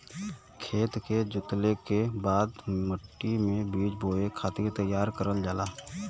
खेत के जोतले के बाद मट्टी मे बीज बोए खातिर तईयार करल जाला